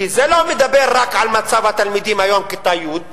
כי זה לא מדבר רק על מצב התלמידים היום בכיתה י',